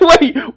Wait